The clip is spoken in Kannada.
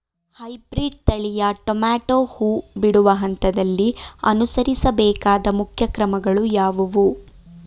ಹೈಬ್ರೀಡ್ ತಳಿಯ ಟೊಮೊಟೊ ಹೂ ಬಿಡುವ ಹಂತದಲ್ಲಿ ಅನುಸರಿಸಬೇಕಾದ ಮುಖ್ಯ ಕ್ರಮಗಳು ಯಾವುವು?